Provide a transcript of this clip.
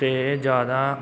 ਅਤੇ ਜ਼ਿਆਦਾ